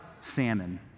salmon